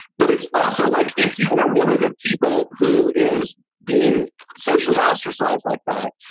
but it's also like if you are one of the people who is being socially ostracized like that.